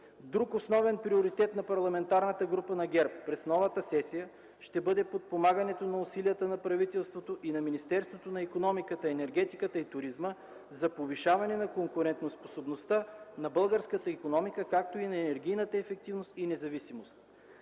Друг основен приоритет на Парламентарната група на ГЕРБ през новата сесия ще бъде подпомагането на усилията на правителството и на Министерството на икономиката, енергетиката и туризма за повишаване на конкурентноспособността на българската икономика, както и за енергийната ефективност и независимост.